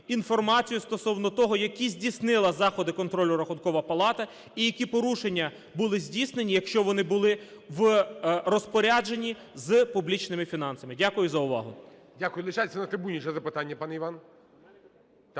інформацію стосовно того, які здійснила заходи контролю Рахункова палата і які порушення були здійснені, якщо вони були, в розпорядженні з публічними фінансами. Дякую за увагу. 11:56:08 ГОЛОВУЮЧИЙ. Дякую. Лишайтесь на трибуні. Ще запитання, пане Іван.